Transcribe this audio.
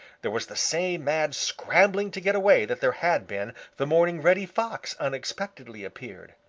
there was the same mad scrambling to get away that there had been the morning reddy fox unexpectedly appeared.